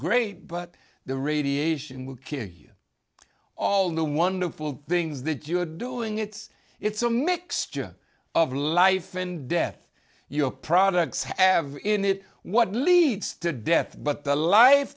great but the radiation will kill you all the wonderful things that you're doing it's it's a mixture of life and death your products have in it what leads to death but the life